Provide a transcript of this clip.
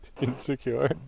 insecure